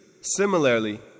Similarly